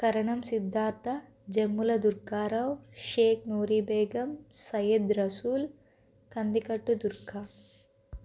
Karanam Siddhartha Jammula Durgarao Shaik Noori Begum Syed Rasool Kandikattu Durga